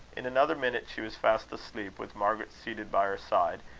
in another minute she was fast asleep, with margaret seated by her side,